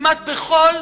כמעט בכל